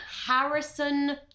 Harrison